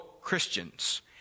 Christians